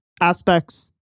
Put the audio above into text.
aspects